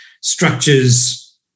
structures